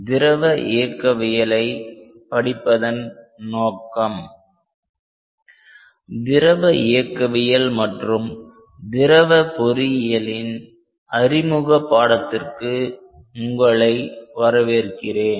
திரவ இயக்கவியலை படிப்பதன் நோக்கம் திரவ இயக்கவியல் மற்றும் திரவ பொறியியலின் அறிமுக பாடத்திற்கு உங்களை வரவேற்கிறேன்